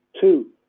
Two